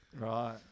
right